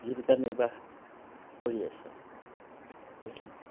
জীৱিকা নিৰ্বাহ কৰি আছে এইখিনিয়ে